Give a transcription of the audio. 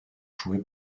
jouer